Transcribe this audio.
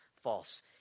false